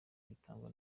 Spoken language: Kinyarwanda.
bitangwa